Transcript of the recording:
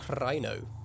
rhino